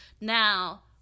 now